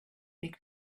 big